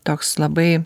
toks labai